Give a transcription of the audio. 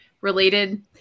related